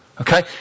Okay